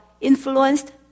influenced